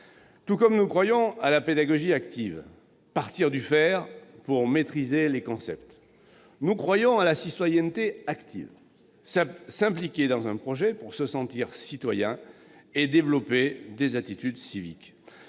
Tout comme nous croyons à la pédagogie active- partir du faire pour maîtriser les concepts -, nous croyons à la citoyenneté active : s'impliquer dans un projet pour se sentir citoyen et développer des attitudes civiques.